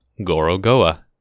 Gorogoa